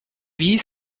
wie